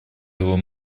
его